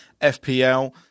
FPL